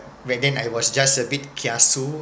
back then I was just a bit kiasu